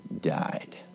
died